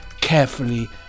carefully